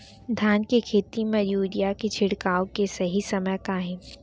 धान के खेती मा यूरिया के छिड़काओ के सही समय का हे?